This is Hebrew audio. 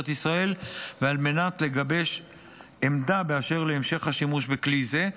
ישראל ועל מנת לגבש עמדה באשר להמשך השימוש בכלי זה.